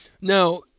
Now